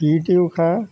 প্ৰীতি উষাৰ